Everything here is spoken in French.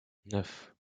neuf